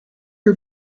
her